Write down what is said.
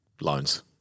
loans